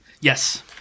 Yes